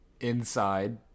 inside